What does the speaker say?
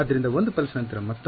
ಆದ್ದರಿಂದ 1 ಪಲ್ಸ ನಂತರ ಮತ್ತೊಂದು